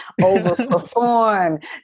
Overperform